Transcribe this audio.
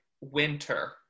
winter